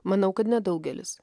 manau kad ne daugelis